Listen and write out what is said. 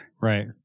Right